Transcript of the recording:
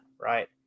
right